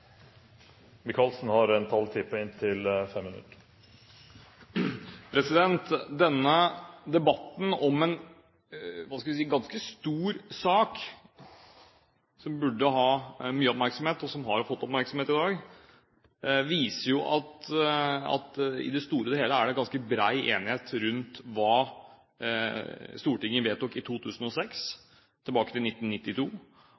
si – ganske stor sak som burde ha mye oppmerksomhet, og som har fått oppmerksomhet i dag, viser jo at i det store og hele er det ganske bred enighet rundt hva Stortinget vedtok i